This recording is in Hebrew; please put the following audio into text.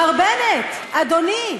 מר בנט, אדוני,